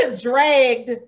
dragged